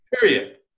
period